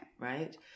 Right